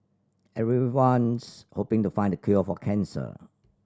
everyone's hoping to find the cure for cancer